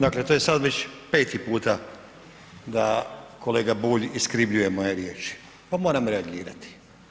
Dakle, to je sad već peti puta da kolega Bulj iskrivljuje moje riječi pa moram reagirati.